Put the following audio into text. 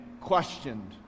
questioned